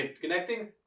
Connecting